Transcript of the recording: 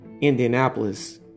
Indianapolis